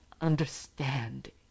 understand